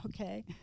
Okay